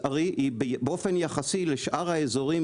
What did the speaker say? באופן יחסי לשאר האזורים,